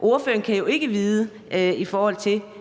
Ordføreren kan jo ikke vide,